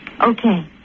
Okay